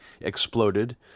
exploded